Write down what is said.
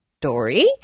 Dory